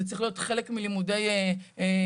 זה צריך להיות חלק מלימודי מורים,